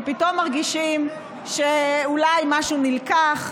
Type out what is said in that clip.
כי פתאום מרגישים שאולי משהו נלקח,